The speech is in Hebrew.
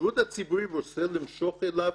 השירות הציבורי רוצה למשוך אליו